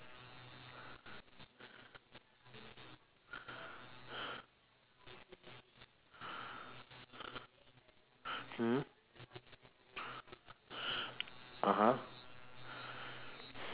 mm (uh huh)